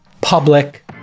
public